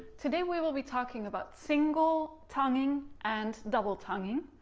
today we will be talking about single tonguing and double tonguing.